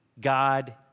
God